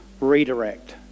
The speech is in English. redirect